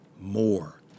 more